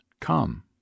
come